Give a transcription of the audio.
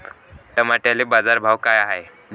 टमाट्याले बाजारभाव काय हाय?